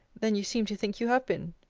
than you seem to think you have been?